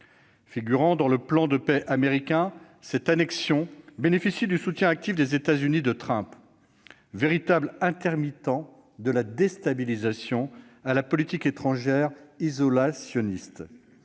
Figurant dans le plan de paix américain, cette annexion bénéficie du soutien actif des États-Unis de M. Trump, véritable intermittent de la déstabilisation à la politique étrangère isolationniste.